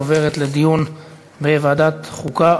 לוועדת החוקה,